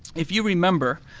if you remember,